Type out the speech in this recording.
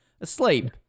asleep